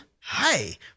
Hi